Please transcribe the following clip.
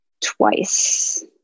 twice